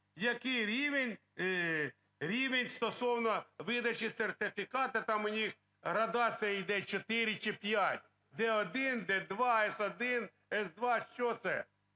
рівень стосовно видачі сертифіката, там у них градація іде 4 чи 5, Д-1, Д-2, С-1, С-2. Що це?